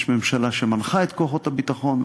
יש ממשלה שמנחה את כוחות הביטחון,